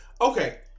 Okay